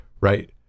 right